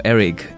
Eric